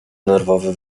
nerwowe